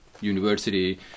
university